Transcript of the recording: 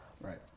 right